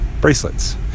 bracelets